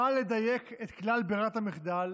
באה לדייק את כלל ברירת המחדל,